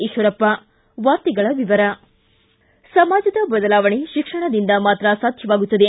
ಈಶ್ವರಪ್ಪ ವಾರ್ತೆಗಳ ವಿವರ ಸಮಾಜದ ಬದಲಾವಣೆ ಶಿಕ್ಷಣದಿಂದ ಮಾತ್ರ ಸಾಧ್ಯವಾಗುತ್ತದೆ